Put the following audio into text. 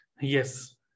yes